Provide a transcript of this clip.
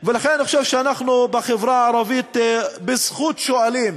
אני חושב שאנחנו בחברה הערבית בזכות שואלים